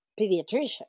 pediatrician